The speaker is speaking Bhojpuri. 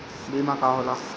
बीमा का होला?